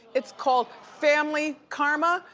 it's called family karma?